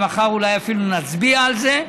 ומחר אולי אפילו נצביע על זה.